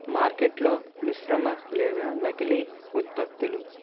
మార్కెట్లో మిశ్రమ లేదా నకిలీ ఉత్పత్తులు